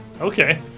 Okay